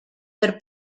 per